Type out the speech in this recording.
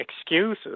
excuses